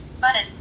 Button